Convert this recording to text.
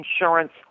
insurance